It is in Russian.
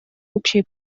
общей